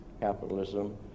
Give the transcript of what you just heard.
capitalism